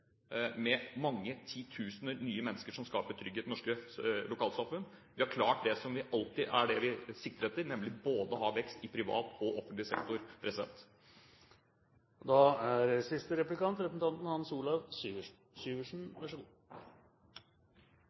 med mange titusener nye mennesker som skaper trygghet i norske lokalsamfunn. Vi har klart det vi alltid sikter etter, nemlig å ha vekst i både privat og offentlig sektor.